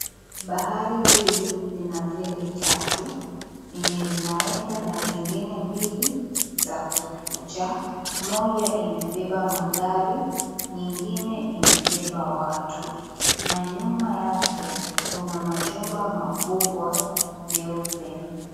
Bahari hili lina feri tatu lenye linaenda na zingine mbili zakukuja moja imebeba magari nyingine imebeba watu, na nyuma yake kuna majumba makubwa meupe.